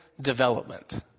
development